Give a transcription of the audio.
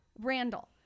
Randall